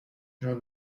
j’en